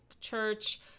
church